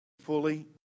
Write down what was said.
fully